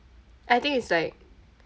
I think it's like